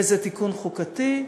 וזה תיקון חוקתי.